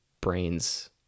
brains